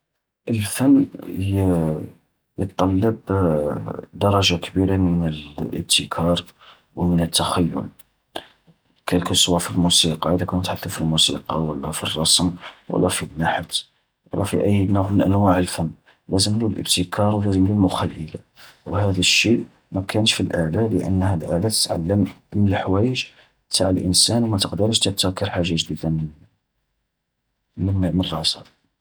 الفن يطلب درجة كبيرة من الابتكار ومن التخيل كالكوسوا في الموسيقى، إذا كنت حتى في الموسيقى، ولا في الرسم، ولا في النحت، ولا في أي نوع من أنواع الفن لازملو الابتكار ولازملو المخيلة. وهذا الشيء ماكانش في الآلة لأنها الآلة تتعلم من الحوايج نتع الانسان و ما تقدرش تبتكر حاجة جديدة من من ر-راسها.